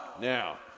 Now